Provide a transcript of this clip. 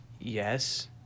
yes